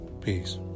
Peace